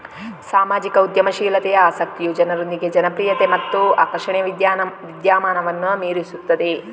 ಸಾಮಾಜಿಕ ಉದ್ಯಮಶೀಲತೆಯ ಆಸಕ್ತಿಯು ಜನರೊಂದಿಗೆ ಜನಪ್ರಿಯತೆ ಮತ್ತು ಆಕರ್ಷಣೆಯ ವಿದ್ಯಮಾನವನ್ನು ಮೀರಿಸುತ್ತದೆ